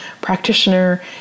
practitioner